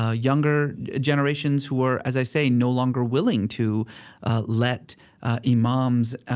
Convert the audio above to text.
ah younger generations who are, as i say, no longer willing to let imams,